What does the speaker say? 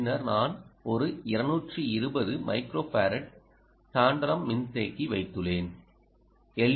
பின்னர் நான் ஒரு 220 மைக்ரோஃபாரட் டாண்டாலம் மின்தேக்கி வைத்துள்ளேன் எல்